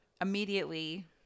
immediately